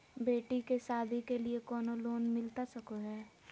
बेटी के सादी के लिए कोनो लोन मिलता सको है?